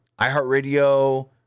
iHeartRadio